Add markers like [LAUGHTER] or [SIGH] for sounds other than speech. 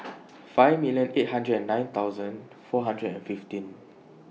[NOISE] five million eight hundred and nine thousand four hundred and fifteen